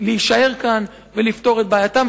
להישאר כאן ולפתור את בעייתם.